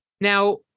Now